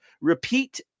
repeat